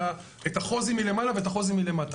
את החו"זים מלמעלה ומלמטה.